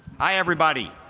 hi, everybody.